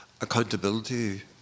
accountability